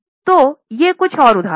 तो ये कुछ उदाहरण हैं